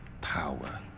Power